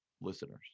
listeners